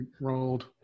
rolled